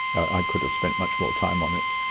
i could have spent much more time on it.